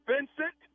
Vincent